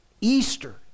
Easter